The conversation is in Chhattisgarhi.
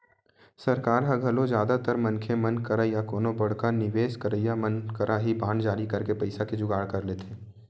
सरकार ह घलो जादातर मनखे मन करा या कोनो बड़का निवेस करइया मन करा ही बांड जारी करके पइसा के जुगाड़ कर लेथे